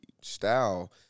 style